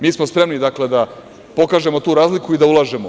Mi smo spremni da pokažemo tu razliku i da ulažemo.